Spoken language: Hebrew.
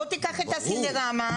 בוא תיקח את הסינרמה.